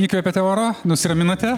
įkvėpėte oro nusiraminote